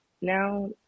now